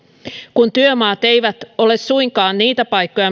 kun työmaat eivät ole suinkaan niitä paikkoja